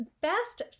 best